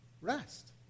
Rest